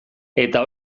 eta